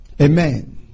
Amen